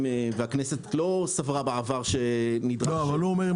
והכנסת לא סברה בעבר- -- הוא אומר: